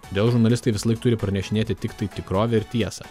todėl žurnalistai visąlaik turi pranešinėti tiktai tikrovę ir tiesą